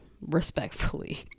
respectfully